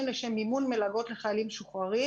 לשם מימון מלגות לחיילים משוחררים.